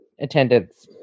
attendance